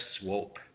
Swope